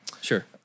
Sure